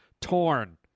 torn